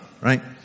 right